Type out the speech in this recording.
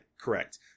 correct